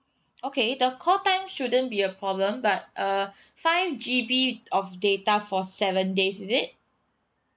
okay the call time shouldn't be a problem but uh five G_B of data for seven days is it